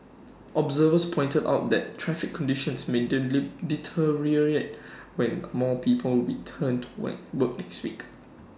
observers pointed out that traffic conditions may deteriorate when more people return to work work next week